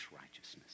righteousness